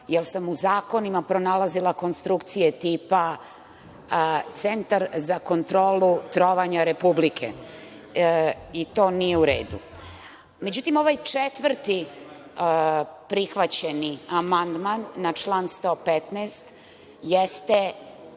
jer sam u zakonima pronalazila konstrukcije tipa – centar za kontrolu trovanja Republike i to nije u redu.Međutim, ovaj četvrti prihvaćeni amandman na član 115. jeste